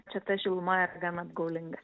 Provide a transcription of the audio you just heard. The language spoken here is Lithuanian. čia ta šiluma gan apgaulinga